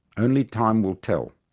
only time will tell.